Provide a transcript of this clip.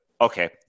okay